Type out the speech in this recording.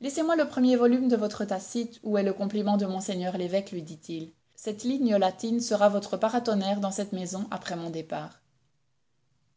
laissez-moi le premier volume de votre tacite où est le compliment de monseigneur l'évêque lui dit-il cette ligne latine sera votre paratonnerre dans cette maison après mon départ